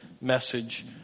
message